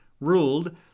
ruled